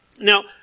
Now